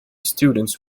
students